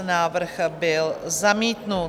Návrh byl zamítnut.